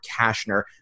Kashner